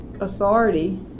authority